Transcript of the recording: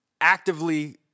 actively